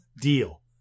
deal